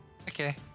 Okay